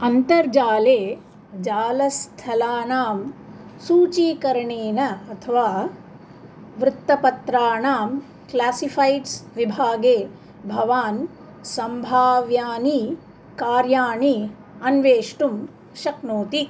अन्तर्जाले जालस्थलानां सूचीकरणनेन अथवा वृत्तपत्राणां क्लासिफ़ैड्स् विभागे भवान् सम्भाव्यानि कार्याणि अन्वेष्टुं शक्नोति